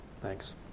Thanks